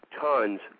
tons